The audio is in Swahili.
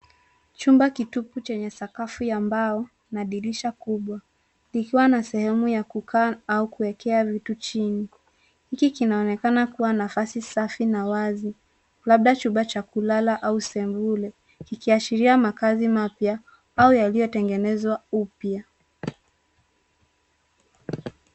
Chumba kitupu chenye sakafu ya mbao na dirisha kubwa. Likiwa na sehemu ya kukaa au kuwekea vitu chini. Hiki kinaonekana kuwa nafasi safi na wazi, labda chumba cha kulala au sebule, ikiashiria makazi mapya au yaliyotengenezwa upya.